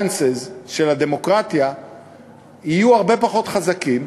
של הדמוקרטיה יהיו הרבה אצלו פחות חזקים,